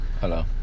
Hello